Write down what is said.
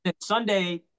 Sunday